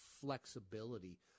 flexibility